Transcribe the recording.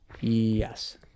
Yes